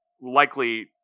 likely